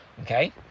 Okay